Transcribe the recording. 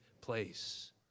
place